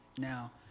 Now